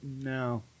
no